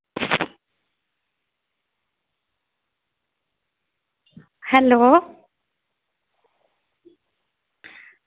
hello